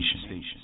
station